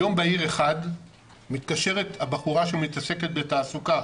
ביום בהיר אחד מתקשרת הבחורה שמתעסקת בתעסוקה